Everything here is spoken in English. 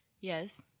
Yes